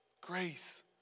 Grace